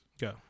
Go